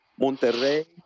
Monterrey